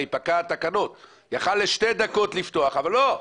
הרי פקעו התקנות, יכלו לשתי דקות לפתוח, אבל לא.